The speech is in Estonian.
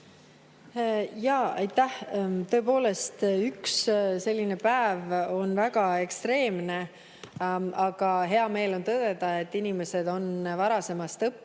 Aitäh! Tõepoolest, üks selline päev on väga ekstreemne, aga hea meel on tõdeda, et inimesed on varasemast õppinud.